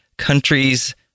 countries